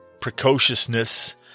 precociousness